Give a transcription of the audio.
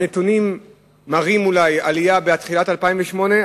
הנתונים מראים אולי עלייה בתחילת 2008,